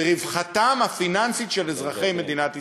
ורווחתם הפיננסית של אזרחי מדינת ישראל,